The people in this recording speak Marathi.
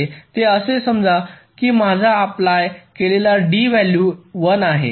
ते असे समजा माझी अप्लाय केलेली D व्हॅल्यू 1 आहे